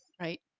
right